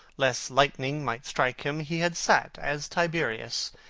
lest lightning might strike him, he had sat, as tiberius,